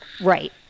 Right